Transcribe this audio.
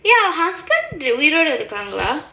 eh அவ:ava husband உயிரோட இருக்காங்கலா:uyiroda irukkaangalaa